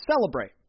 celebrate